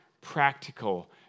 practical